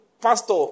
pastor